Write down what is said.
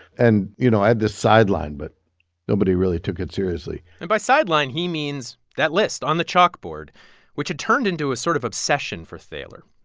and you know, i had this sideline, but nobody really took it seriously and by sideline, he means that list on the chalkboard which had turned into a sort of obsession for thaler,